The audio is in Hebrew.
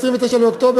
29 באוקטובר,